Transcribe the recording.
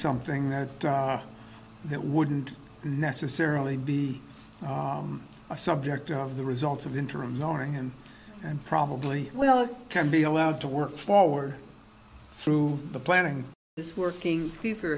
something that that wouldn't necessarily be a subject of the results of the interim knowing and and probably well it can be allowed to work forward through the planning this working